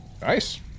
Nice